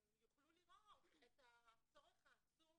הם יוכלו לראות את הצורך העצום